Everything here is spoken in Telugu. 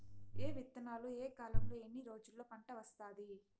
ఏ విత్తనాలు ఏ కాలంలో ఎన్ని రోజుల్లో పంట వస్తాది?